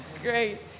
Great